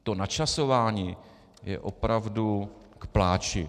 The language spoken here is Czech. To načasování je opravdu k pláči.